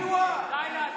די להסית.